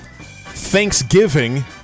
Thanksgiving